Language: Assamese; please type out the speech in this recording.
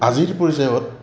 আজিৰ পৰ্যায়ত